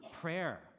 prayer